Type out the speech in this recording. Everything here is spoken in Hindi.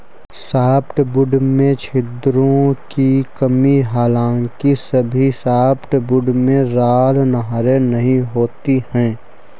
सॉफ्टवुड में छिद्रों की कमी हालांकि सभी सॉफ्टवुड में राल नहरें नहीं होती है